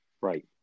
Right